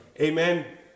Amen